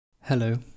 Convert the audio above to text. Hello